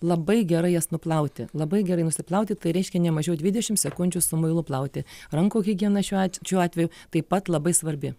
labai gerai jas nuplauti labai gerai nusiplauti tai reiškia ne mažiau dvidešimt sekundžių su muilu plauti rankų higiena šiuo at šiuo atveju taip pat labai svarbi